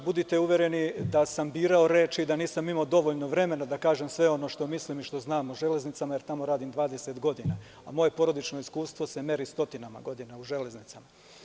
Budite uvereni da sam birao reči i da nisam imao dovoljno vremena da kažem sve ono što mislim i što znam o „Železnicama“, jer tamo radim 20 godina, a moje porodično iskustvo se meri stotinama godina u „Železnicama“